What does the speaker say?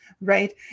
right